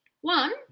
one